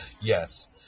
Yes